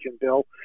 Bill